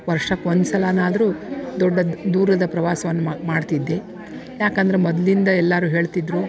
ವರ್ಷಕ್ಕೆ ಒಂದು ಸಲನಾದರೂ ದೊಡ್ಡ ದೂರದ ಪ್ರವಾಸವನ್ನ ಮಾಡ್ತಿದ್ದೆ ಯಾಕಂದ್ರ ಮೊದಲಿಂದ ಎಲ್ಲರು ಹೇಳ್ತಿದ್ದರು